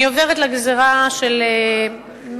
אני עוברת לגזירה של מסים,